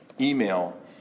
email